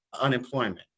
unemployment